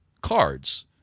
cards